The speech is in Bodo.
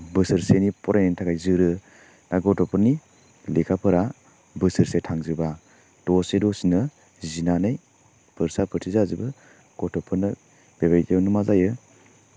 बोसोरसेनि फरायनो थाखाय जोरो दा गथ'फोदनि लेखाफोरा बोसोरसे थांजोबा दसे दसेनो जिनानै फोरसा फोरसि जाजोबो गथ'फोदनो बे बायदियावनो मा जायो